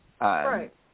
Right